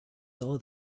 saw